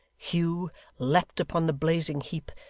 hugh leapt upon the blazing heap,